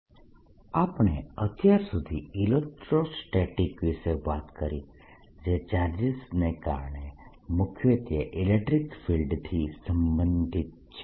મેગ્નેટોસ્ટેટિક્સનો પરિચય બાયો સાવર્ટનો નિયમ આપણે અત્યાર સુધી ઇલેક્ટ્રોસ્ટેટિકસ વિશે વાત કરી જે ચાર્જીસ ને કારણે મુખ્યત્વે ઇલેક્ટ્રીક ફિલ્ડ થી સંબંધિત છે